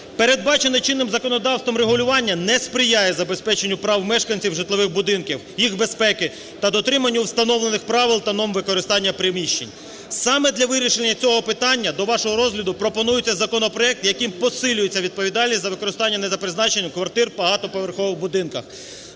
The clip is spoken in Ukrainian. Передбачене чинним законодавством регулювання не сприяє забезпеченню прав мешканців житлових будинків, їх безпеки та дотримання установлених правил та норм використання приміщень. Саме для вирішення цього питання до вашого розгляду пропонується законопроект, яким посилюється відповідальність за використанням не за призначенням квартир у багатоповерхових будинках.